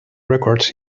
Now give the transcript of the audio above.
records